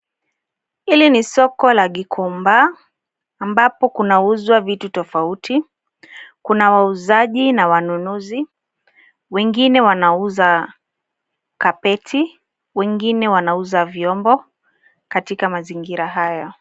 Hili ni soko la gikomba ambapo kunauzwa vitu tofauti, kuna wauzaji na wanunuzi, wengine wanauza kapeti, wengine wanauza vyombo katika mazingira hayo.